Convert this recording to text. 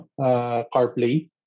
CarPlay